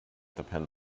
depend